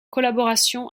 collaboration